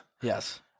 Yes